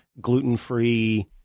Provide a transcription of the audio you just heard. gluten-free